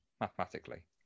Mathematically